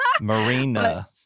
Marina